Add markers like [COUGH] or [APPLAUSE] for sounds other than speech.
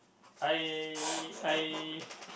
I I [BREATH]